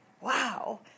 wow